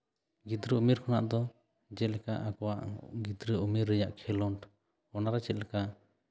ᱜᱤᱫᱽᱨᱟᱹ ᱩᱢᱮᱨ ᱠᱷᱚᱱᱟᱜ ᱫᱚ ᱡᱮᱞᱮᱠᱟ ᱟᱵᱚᱣᱟᱜ ᱜᱤᱫᱽᱨᱟᱹ ᱩᱢᱮᱨ ᱨᱮᱭᱟᱜ ᱠᱷᱮᱞᱳᱰ ᱚᱱᱟᱨᱮ ᱪᱮᱫ ᱞᱮᱠᱟ